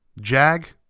Jag